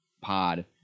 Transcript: pod